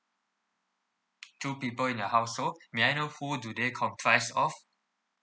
two people in your household may I know who do they comprise of